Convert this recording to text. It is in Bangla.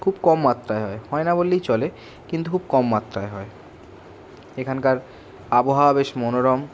খুব কম মাত্রায় হয় হয় না বললেই চলে কিন্তু খুব কম মাত্রায় হয় এখানকার আবহাওয়া বেশ মনোরম